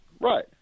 Right